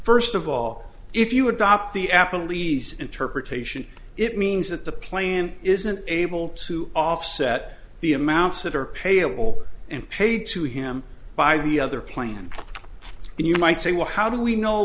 first of all if you adopt the apple lease interpretation it means that the plan isn't able to offset the amounts that are payable and paid to him by the other plan and you might say well how do we know